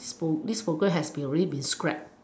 this this program has been already been scrapped